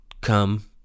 come